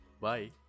Bye